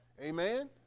Amen